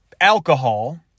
alcohol